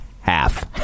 half